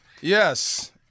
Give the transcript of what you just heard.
yes